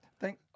thank